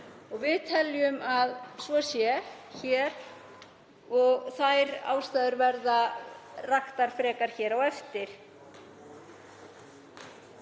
Við teljum að svo sé hér og þær ástæður verða raktar frekar hér á eftir.